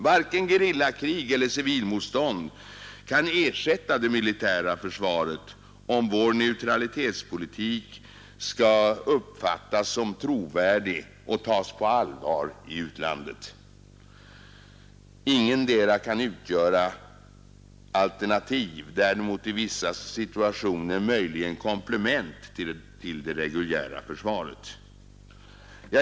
Varken gerillakrig eller civilmotstånd kan ersätta det militära försvaret, om vår neutralitetspolitik skall uppfattas som trovärdig och tas på allvar i utlandet. Ingetdera kan utgöra alternativ — däremot i vissa situationer möjligen komplement — till det reguljära försvaret.